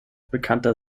bekannter